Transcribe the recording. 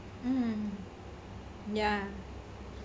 mm ya